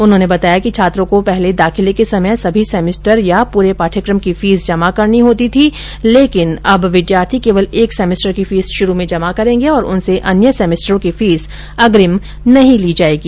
उन्होंने बताया कि छात्रों को पहले दाखिले के समय सभी सेमेस्टर या पूरे पाठ्यक्रम की फीस जमा करनी होती थी लेकिन अब छात्र केवल एक सेमेस्टर की फीस शुरू में जमा करेंगे और उनसे अन्य सेमेस्टरों की फीस अग्रिम नहीं ली जायेगी